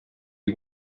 you